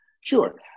Sure